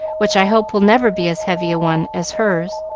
which i hope will never be as heavy a one as hers.